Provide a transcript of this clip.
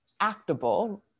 actable